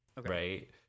right